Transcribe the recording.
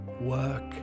work